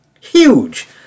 Huge